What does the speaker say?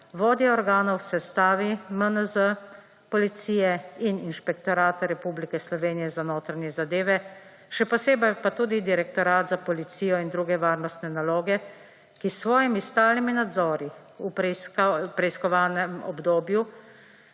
vodje organov v sestavi MNZ, policije in Inšpektorata Republike Slovenije za notranje zadeve, še posebej pa tudi Direktorat za policijo in druge varnostne naloge, ki s svojimi stalnimi nadzori v preiskovanem obdobju